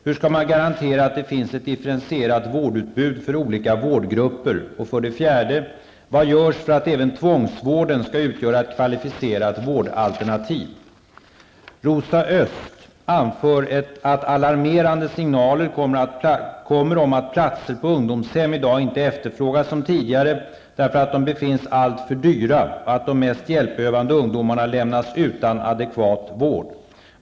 Hur skall man garantera att det finns ett differentierat vårdutbud för olika vårdgrupper? 4. Vad görs för att även tvångsvården skall utgöra ett kvalificerat vårdalternativ? Rosa Östh anför att alarmerande signaler kommit om att platser på ungdomshem i dag inte efterfrågas som tidigare därför att de befinns alltför dyra och att de mest hjälpbehövande ungdomarna lämnas utan adekvat vård.